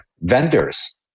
vendors